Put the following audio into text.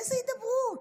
איזו הידברות?